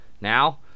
Now